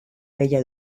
bella